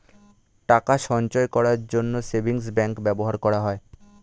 টাকা সঞ্চয় করার জন্য সেভিংস ব্যাংক ব্যবহার করা হয়